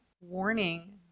warning